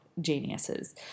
geniuses